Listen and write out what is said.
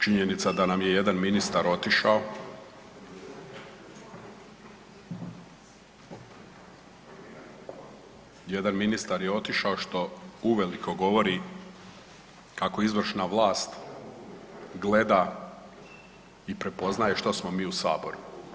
Činjenica da nam je jedan ministar otišao, jedan ministar je otišao što uveliko govori kako izvršna vlast gleda i prepoznaje što smo mi u saboru.